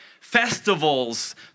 festivals